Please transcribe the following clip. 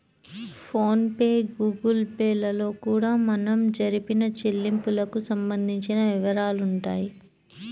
phone pay Google Pay లలో కూడా మనం జరిపిన చెల్లింపులకు సంబంధించిన వివరాలుంటాయి